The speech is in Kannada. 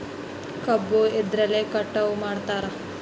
ಕಬ್ಬು ಎದ್ರಲೆ ಕಟಾವು ಮಾಡ್ತಾರ್?